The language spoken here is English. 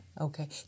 okay